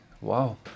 Wow